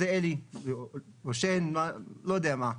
זה אלי, הוא ישן, לא יודע מה,